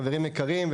חברים יקרים,